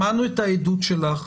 שמענו את העדות שלך,